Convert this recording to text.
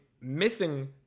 missing